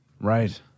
Right